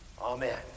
Amen